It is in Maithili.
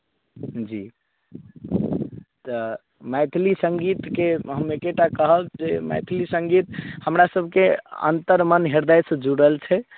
जी तऽ मैथिली सङ्गीतके हम एकेटा कहब जे मैथिली सङ्गीत हमरासभके अन्तर्मन ह्रदयसँ जुड़ल छै